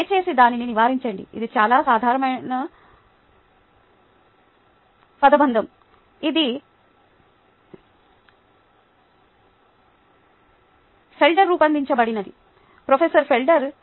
దయచేసి దానిని నివారించండి ఇది చాలా సాధారణమైన పదబంధం ఇది ఫెల్డర్ రూపొందించబడింది ప్రొఫెసర్ ఫెల్డర్